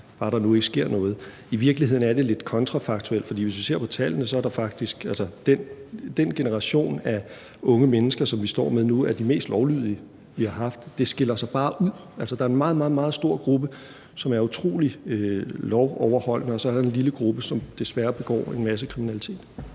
Bare der nu ikke sker noget. I virkeligheden er det lidt kontrafaktuelt, for hvis vi ser på tallene, er den generation af unge mennesker, som vi står med nu, de mest lovlydige, vi har haft. Det skiller sig bare ud: Altså, der er en meget, meget stor gruppe, som er utrolig lovoverholdende, og så er der en lille gruppe, som desværre begår en masse kriminalitet.